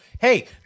hey